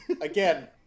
again